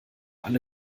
alle